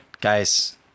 Guys